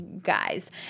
guys